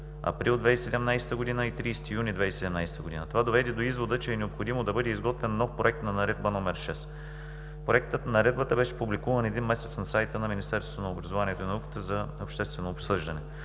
април 2017 г. и 30 юни 2017 г. Това доведе до извода, че е необходимо да бъде изготвен нов Проект на Наредба № 6. Проектът на Наредбата беше публикуван един месец на сайта на Министерството на образованието и науката за обществено обсъждане.